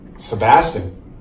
Sebastian